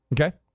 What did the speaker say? Okay